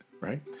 right